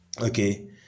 okay